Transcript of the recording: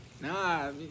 Nah